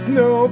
no